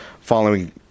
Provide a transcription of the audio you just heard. following